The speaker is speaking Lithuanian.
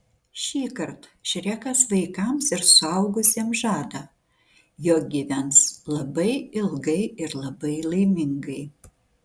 šįkart šrekas vaikams ir suaugusiems žada jog gyvens labai ilgai ir labai laimingai